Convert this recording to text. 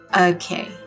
Okay